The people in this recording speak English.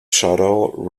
shuttle